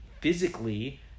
physically